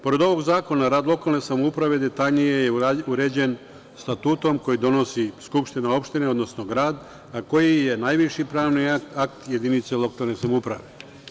Pored ovog zakona, rad lokalne samouprave detaljnije je uređen statutom koji donosi skupština opštine, odnosno grad, a koji je najviši pravni akt jedinice lokalne samouprave.